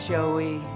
Joey